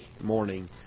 morning